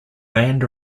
land